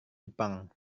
jepang